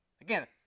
Again